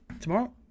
tomorrow